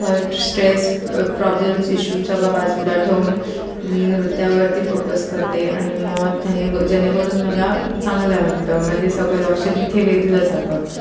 stress problems issue सगळं बाजूला ठेवून मी नृत्यावरती फोकस करते आणि म त्याने जेणेकरून मला चांगलं वाटतं म्हणजे सगळं लक्ष तिथे वेधलं जातं